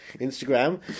Instagram